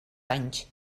anys